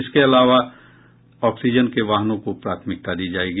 इसके अलावा ऑक्सीजन के वाहनों को प्राथमिकता दी जाएगी